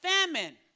famine